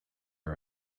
are